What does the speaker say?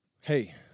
Hey